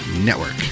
Network